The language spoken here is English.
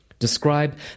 Describe